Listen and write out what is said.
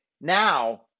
now